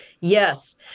Yes